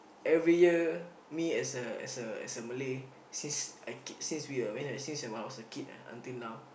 every year me as a as a as a Malay since I kid since we were when right since when I was a kid ah until now